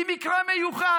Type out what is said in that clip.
היא מקרה מיוחד,